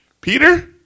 Peter